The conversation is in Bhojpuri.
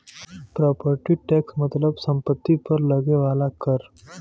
प्रॉपर्टी टैक्स मतलब सम्पति पर लगे वाला कर